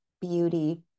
beauty